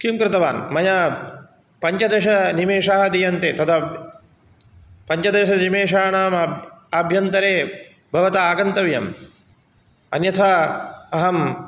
किं कृतवान् मया पञ्चदशनिमेषाः दीयन्ते तदा पञ्चदशनिमिषाणाम् आब् आभ्यन्तरे भवता आगन्तव्यम् अन्यथा अहम्